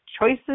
Choices